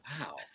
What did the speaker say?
Wow